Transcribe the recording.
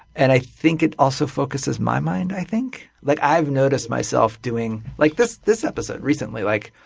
and i think it also focuses my mind, i think. like i've noticed myself doing like this this episode, recently. like